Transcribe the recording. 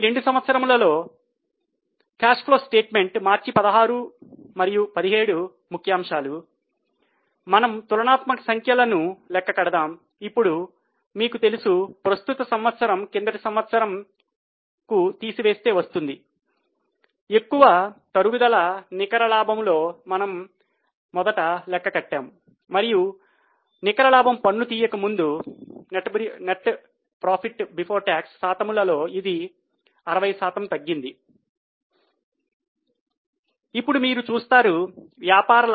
ఈ రెండు సంవత్సరములులో ధన ప్రవాహం పట్టిక